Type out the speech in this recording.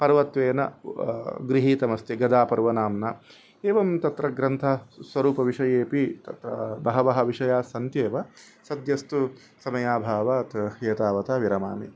पर्वत्वेन गृहीतमस्ति गदापर्वनाम्ना एवं तत्र ग्रन्थस्वरूपविषयेपि तत्र बहवः विषयास्सन्त्येव सद्यस्तु समयाभावत् एतावता विरमामि